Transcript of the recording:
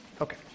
Okay